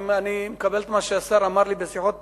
אני מקבל את מה שהשר אמר לי בשיחות פרטיות.